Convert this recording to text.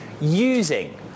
using